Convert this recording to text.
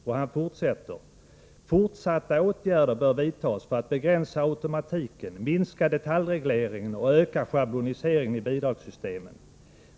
Och han fortsätter: ”Fortsatta åtgärder bör vidtas för att begränsa automatiken, minska detaljregleringen och öka schabloniseringen i bidragssystemen.